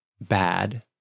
Bad